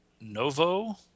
Novo